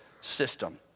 system